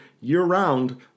year-round